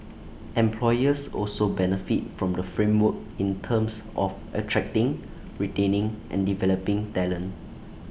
employers also benefit from the framework in terms of attracting retaining and developing talent